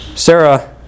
Sarah